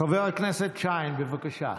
חבר הכנסת שׇיין, בבקשה.